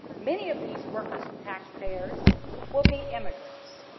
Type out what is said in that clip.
many of these workers and tax payers will be immigrants.